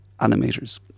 animators